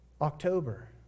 October